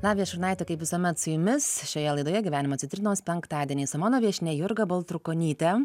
lavija šurnaitė kaip visuomet su jumis šioje laidoje gyvenimo citrinos penktadieniais o mano viešnia jurga baltrukonytė